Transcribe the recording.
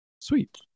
Sweet